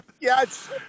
Yes